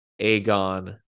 Aegon